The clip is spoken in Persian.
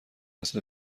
مثل